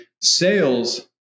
Sales